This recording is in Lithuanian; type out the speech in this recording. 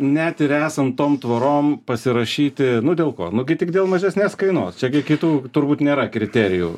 net ir esant tom tvorom pasirašyti nu dėl ko nu gi tik dėl mažesnės kainos čia gi kitų turbūt nėra kriterijų